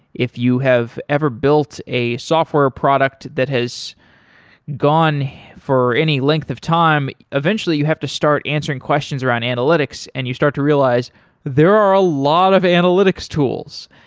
if you have ever built a software product that has gone for any length of time, eventually you have to start answering questions around analytics and you start to realize there are a lot of analytics tools.